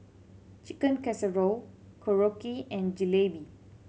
Chicken Casserole Korokke and Jalebi